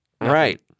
Right